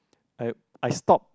at I stopped